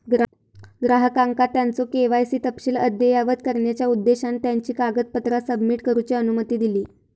ग्राहकांका त्यांचो के.वाय.सी तपशील अद्ययावत करण्याचा उद्देशान त्यांची कागदपत्रा सबमिट करूची अनुमती दिली